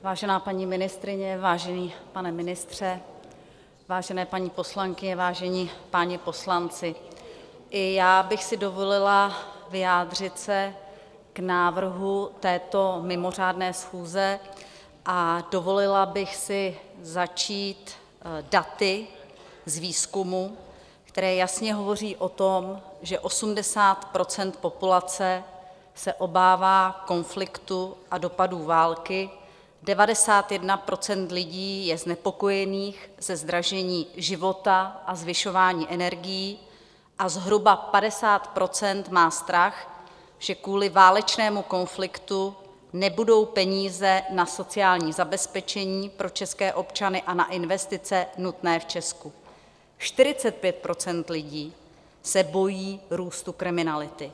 Vážená paní ministryně, vážený pane ministře, vážené paní poslankyně, vážení páni poslanci, i já bych si dovolila vyjádřit se k návrhu této mimořádné schůze a dovolila bych si začít daty z výzkumu, které jasně hovoří o tom, že 80 % populace se obává konfliktu a dopadů války, 91 % lidí je znepokojených ze zdražení života a zvyšování energií a zhruba 50 % má strach, že kvůli válečnému konfliktu nebudou peníze na sociální zabezpečení pro české občany a na investice nutné v Česku, 45 % lidí se bojí růstu kriminality.